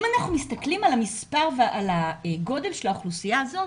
אם אנחנו מסתכלים על הגודל של האוכלוסייה הזאת,